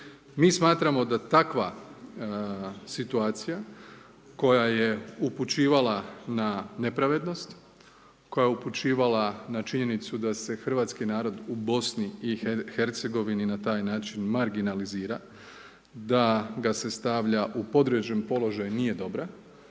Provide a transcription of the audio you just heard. Mi smatramo da takva situacija koja je upućivala na nepravednost, koja je upućivala na činjenicu da se hrvatski narod u BiH-a na taj način marginalizira, da ga se stavlja u podređen položaj nije dobra,